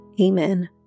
Amen